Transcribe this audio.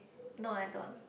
no I don't